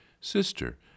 Sister